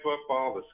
football